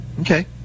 Okay